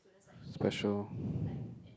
special